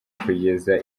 kugeza